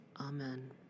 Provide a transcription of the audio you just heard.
Amen